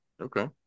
Okay